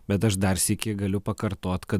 bet aš dar sykį galiu pakartot kad